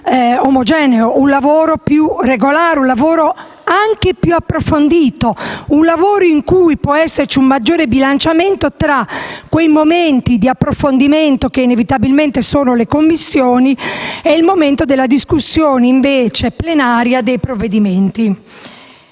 omogeneo, più regolare, anche più approfondito, un lavoro in cui può esservi un maggiore bilanciamento tra quei momenti di approfondimento che, inevitabilmente, avvengano nelle Commissioni e il momento della discussione plenaria dei provvedimenti.